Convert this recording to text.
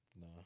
No